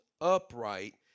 upright